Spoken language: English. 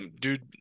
dude